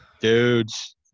Dudes